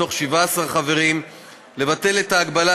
שימו לב, צריך אישור בהצבעה.